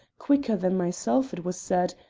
quicker than myself, it was said,